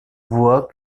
voie